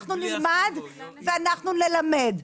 נלמד ונלמד.